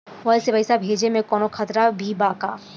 Mobile से पैसा भेजे मे कौनों खतरा भी बा का?